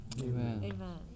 Amen